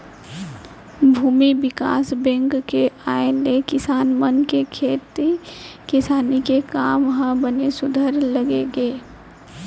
भूमि बिकास बेंक के आय ले किसान मन के खेती किसानी के काम ह बने सुधरे लग गे